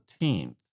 14th